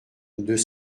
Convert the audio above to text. deux